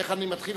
איך אני מתחיל?